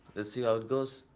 let's see how it goes.